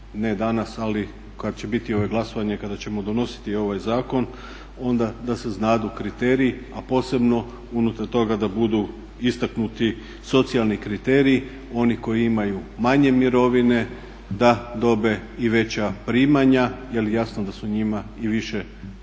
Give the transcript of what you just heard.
ne danas ali kad će biti glasovanje i kada ćemo donositi ovaj zakon, onda da se znadu kriteriji, a posebno unutar toga da budu istaknuti socijalni kriteriji. Oni koji imaju manje mirovine da dobiju i veća primanja jer jasno da su njima više potrebnija